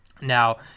Now